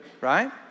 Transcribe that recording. right